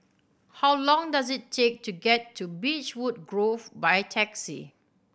how long does it take to get to Beechwood Grove by taxi